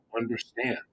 understand